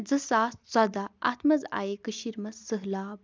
زٕ ساس ژۄدہ اتھ منٛز آیہِ کٔشیٖرِ منٛز سٔہلاب